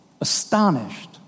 astonished